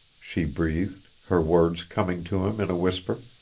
she breathed, her words coming to him in a whisper.